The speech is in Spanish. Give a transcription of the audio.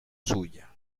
suya